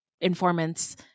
informants